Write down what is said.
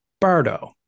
Bardo